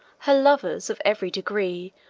her lovers, of every degree,